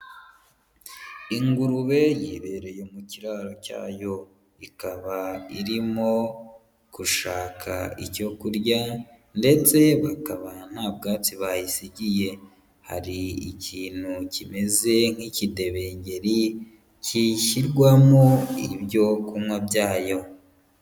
Ingurube yibererereye mu kiraro cyayo, ikaba irimo gushaka icyo kurya ndetse bakaba nta bwatsi bayisigiye, hari ikintu kimeze nk'ikidebengeri gishyirwamo ibyo kunywa byayo.